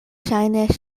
ŝajne